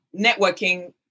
networking